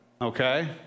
Okay